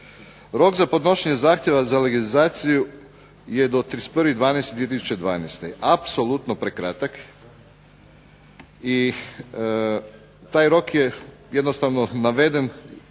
Rok za podnošenje zahtjeva za legalizaciju je do 31.12.2012., apsolutno prekratak, i taj rok je jednostavno naveden,